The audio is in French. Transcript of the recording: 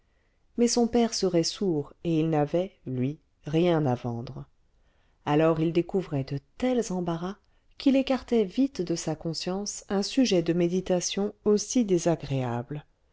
mais son père serait sourd et il n'avait lui rien à vendre alors il découvrait de tels embarras qu'il écartait vite de sa conscience un sujet de méditation aussi désagréable